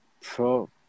pro